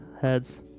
Heads